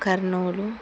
Kurnool